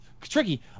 Tricky